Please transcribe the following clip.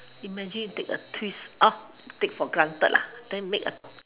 imagine take a twist up take for granted lah then make a